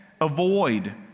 avoid